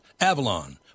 Avalon